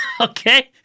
Okay